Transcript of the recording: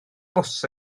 bws